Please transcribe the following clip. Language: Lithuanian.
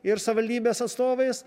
ir savivaldybės atstovais